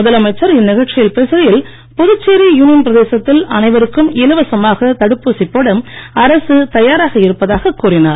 முதலமைச்சர் இந்நிகழ்ச்சியில் பேசுகையில் புதுச்சேரி யூனியன் பிரதேசத்தில் அனைவருக்கும் இலவசமாக தடுப்பூசி போட அரசு தயாராக இருப்பதாகக் கூறினார்